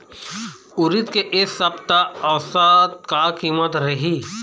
उरीद के ए सप्ता औसत का कीमत रिही?